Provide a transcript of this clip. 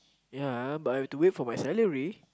ya but I have to wait for my salary